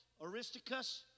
Aristicus